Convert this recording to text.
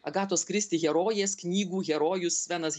agatos kristi herojės knygų herojus svenas